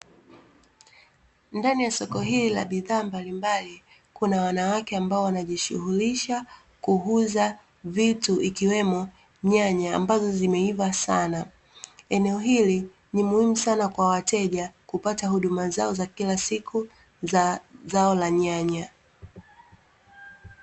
Ndani ya soko hili la bidhaa mbalimbali, kuna wanawake ambao wanajishughulisha kuuza vitu, ikiwemo nyanya ambazo zimeiva sana. Eneo hili ni muhimu sana kwa wateja kupata huduma zao za kila siku za zao la nyanya.